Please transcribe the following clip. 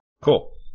cool